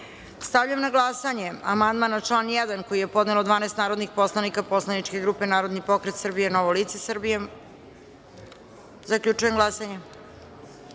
na glasanje amandman na član 1. koji je podnelo 12 narodnih poslanika poslaničke grupe Narodni pokret Srbije – Novo lice Srbije. Zaključujem glasanje